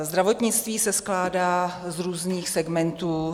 Zdravotnictví se skládá z různých segmentů.